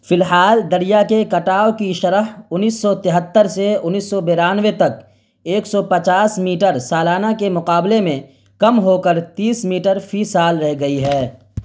فی الحال دریا کے کٹاؤ کی شرح انیس سو تہتر سے انیس سو بانوے تک ایک سو پچاس میٹر سالانہ کے مقابلے میں کم ہو کر تیس میٹر فی سال رہ گئی ہے